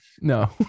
No